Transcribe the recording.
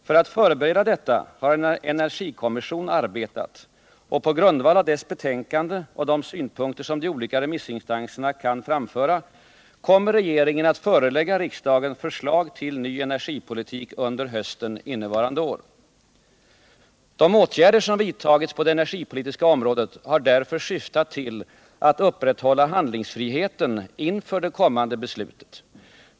För att förbereda detta har en energikommission arbetat, och på grundval av dess betänkande och de synpunkter som de olika remissinstanserna kan framföra kommer regeringen att förelägga riksdagen förslag till ny energipolitik under hösten innevarande år. De åtgärder som vidtagits på det energipolitiska området har därför syftat till att upprätthålla handlingsfriheten inför det kommande beslutet.